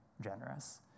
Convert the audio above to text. generous